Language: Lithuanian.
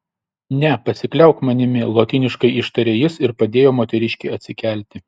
ne pasikliauk manimi lotyniškai ištarė jis ir padėjo moteriškei atsikelti